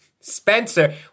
Spencer